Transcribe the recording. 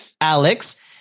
alex